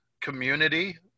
community